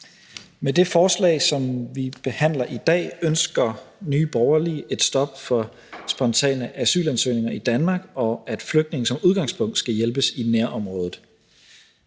Med det forslag, som vi behandler i dag, ønsker Nye Borgerlige et stop for spontane asylansøgninger i Danmark, og at flygtninge som udgangspunkt skal hjælpes i nærområdet.